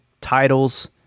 titles